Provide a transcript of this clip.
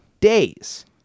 days